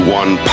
one